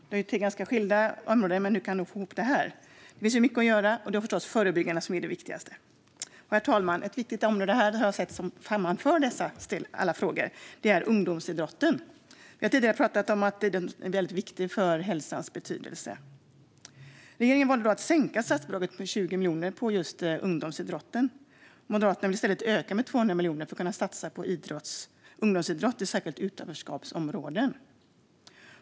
Det är tre ganska vitt skilda områden. Hur kan man få ihop detta? Det finns mycket att göra, och det är förstås förebyggande som är det viktigaste. Herr talman! Jag ser ett viktigt område som sammanför alla dessa frågor, och det är ungdomsidrotten. Vi har tidigare pratat om att den har stor betydelse för hälsan. Regeringen valde att sänka statsbidraget till just ungdomsidrotten med 20 miljoner. Moderaterna vill i stället höja det med 200 miljoner för att man ska kunna satsa på ungdomsidrott, särskilt i utanförskapsområden.